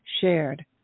shared